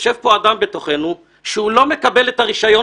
יושב פה אדם בתוכנו שהוא לא מקבל את הרישיון